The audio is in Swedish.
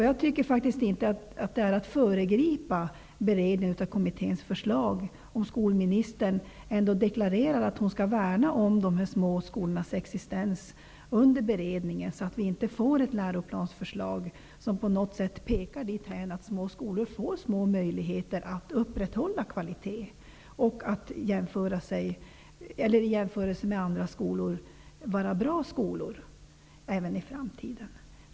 Jag tycker inte att det är att föregripa beredningen av kommitténs förslag att skolministern deklarerar att hon skall värna om de små skolornas existens under beredningen så, att inte Läroplansförslaget pekar dithän att små skolor får små möjligheter att upprätthålla kvaliteten i jämförelse med andra skolor och att även i framtiden vara bra skolor.